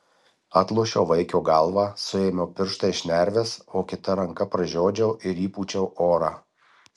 atlošiau vaikio galvą suėmiau pirštais šnerves o kita ranka pražiodžiau ir įpūčiau orą